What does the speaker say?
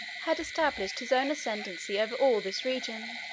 had established his own ascendency over all this region,